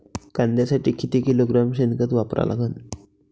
कांद्यासाठी किती किलोग्रॅम शेनखत वापरा लागन?